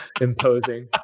imposing